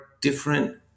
different